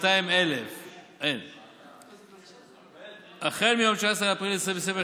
למנוע את התפשטות הנגיף ושמירה על בריאות הציבור,